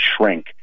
shrink